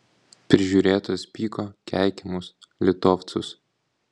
prižiūrėtojas pyko keikė mus litovcus